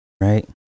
right